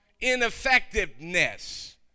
ineffectiveness